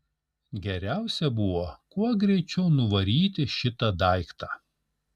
geriausia buvo kuo greičiau nuvaryti šitą daiktą